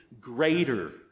greater